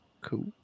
Cool